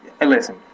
Listen